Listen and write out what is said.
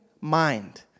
mind